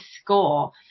score